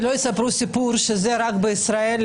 שלא יספרו סיפור שזה רק בישראל.